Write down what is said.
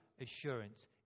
assurance